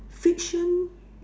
fiction